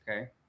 Okay